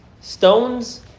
stones